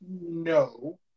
No